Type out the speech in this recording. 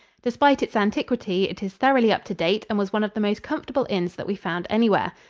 despite its antiquity, it is thoroughly up-to-date and was one of the most comfortable inns that we found anywhere.